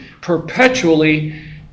perpetually